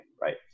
right